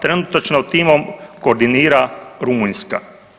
Trenutačno timom koordinira Rumunjska.